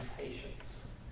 patience